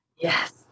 Yes